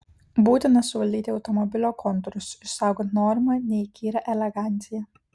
būtina suvaldyti automobilio kontūrus išsaugant norimą neįkyrią eleganciją